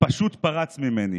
פשוט פרץ ממני.